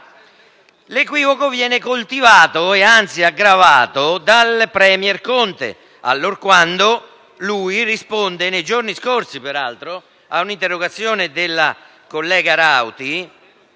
L'equivoco viene coltivato, anzi aggravato, dal *premier* Conte, allorquando, rispondendo nei giorni scorsi a un'interrogazione della collega Rauti,